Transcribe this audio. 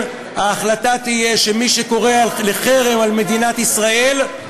לכן ההחלטה תהיה שמי שקורא לחרם על מדינת ישראל,